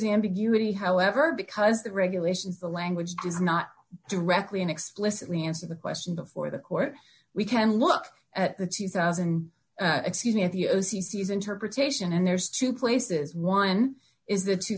is ambiguity however because the regulations the language does not directly and explicitly answer the question before the court we can look at the two thousand excuse me of the o c c is interpretation and there's two places one is the two